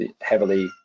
heavily